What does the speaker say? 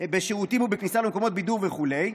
בשירותים ובכניסה למקומות בידור וכו'.